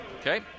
Okay